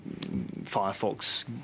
Firefox